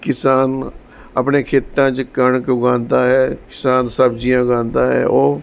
ਕਿਸਾਨ ਆਪਣੇ ਖੇਤਾਂ 'ਚ ਕਣਕ ਉਗਾਉਂਦਾ ਹੈ ਕਿਸਾਨ ਸਬਜ਼ੀਆਂ ਉਗਾਉਂਦਾ ਹੈ ਉਹ